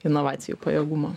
inovacijų pajėgumų